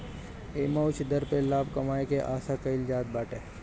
एमे उच्च दर पे लाभ कमाए के आशा कईल जात बाटे